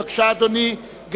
בבקשה, אדוני.